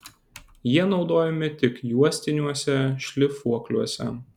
jie naudojami tik juostiniuose šlifuokliuose